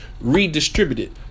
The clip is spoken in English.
redistributed